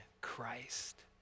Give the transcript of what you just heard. Christ